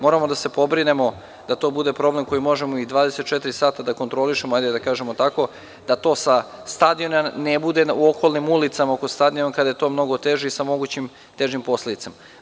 Moramo da se pobrinemo da to bude problem koji možemo, da kontrolišemo 24 sata, hajde da kažemo tako, da to sa stadiona ne bude u okolnim ulicama oko stadiona kada je to mnogo teže i sa moguće težim posledicama.